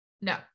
No